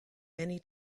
many